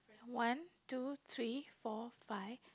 one two three four five